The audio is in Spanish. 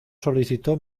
solicitó